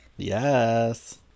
Yes